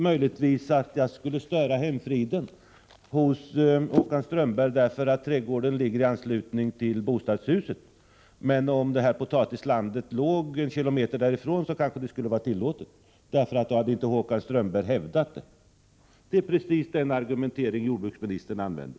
Möjligtvis skulle jag störa hemfriden hos Håkan Strömberg, därför att trädgården ligger i anslutning till bostadshuset. Men om potatislandet ligger 1 kilometer därifrån, vore det kanske tillåtet. Då kunde Håkan Strömberg inte hävda sin rätt. Det är precis den argumentation som jordbruksministern för.